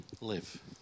live